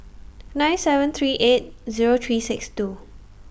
nine seven three eight Zero three six two